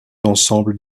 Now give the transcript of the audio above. l’ensemble